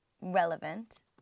relevant